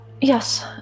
Yes